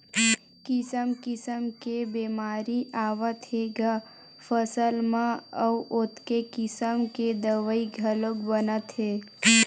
किसम किसम के बेमारी आवत हे ग फसल म अउ ओतके किसम के दवई घलोक बनत हे